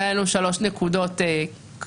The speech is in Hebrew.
היו לנו שלוש נקודות כלליות,